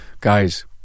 Guys